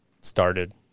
started